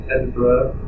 Edinburgh